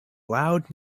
loud